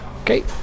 Okay